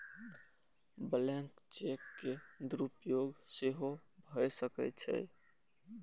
blank cheque के दुरुपयोग सेहो भए सकै छै